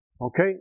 okay